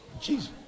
Jesus